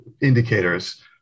indicators